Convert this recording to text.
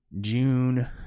June